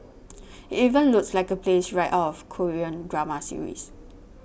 it even looks like a place right out of Korean drama series